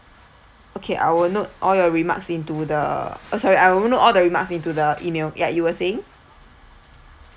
okay I will note all your remarks into the uh sorry I will note all the remarks into the email ya you were saying